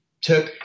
took